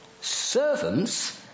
Servants